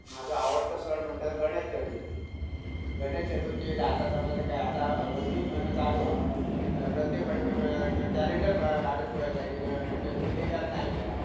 म्हजो आवडटो सण म्हणजे गणेश चतुर्थी गणेश चतुर्थी येयला आतां समज कांय आतां हो जून म्हयनो चालू आहा जाल्या प्रत्येक फावटी कॅलेंडर काडून पळयता की चतुर्थी केन्ना येयल्या